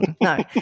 No